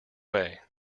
way